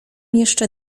jeszcze